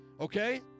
Okay